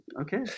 okay